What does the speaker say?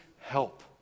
help